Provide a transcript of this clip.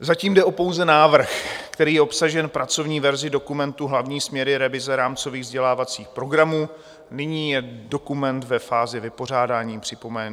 Zatím jde pouze o návrh, který je obsažen v pracovní verzi dokumentu Hlavní směry revize rámcových vzdělávacích programů, nyní je dokument ve fázi vypořádání připomínek.